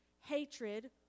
hatred